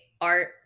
art